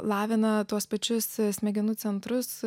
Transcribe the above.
lavina tuos pačius smegenų centrus